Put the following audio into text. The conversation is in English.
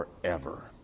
forever